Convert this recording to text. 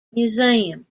museum